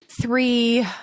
three